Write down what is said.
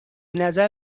نظر